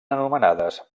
anomenades